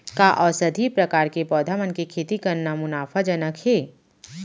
का औषधीय प्रकार के पौधा मन के खेती करना मुनाफाजनक हे?